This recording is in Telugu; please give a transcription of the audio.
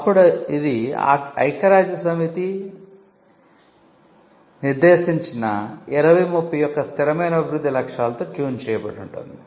అప్పుడు ఇది ఐక్యరాజ్యసమితి మరియు ఐక్యరాజ్యసమితి నిర్దేశించిన 2030 యొక్క స్థిరమైన అభివృద్ధి లక్ష్యాలతో ట్యూన్ చేయబడి ఉంటుంది